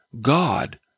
God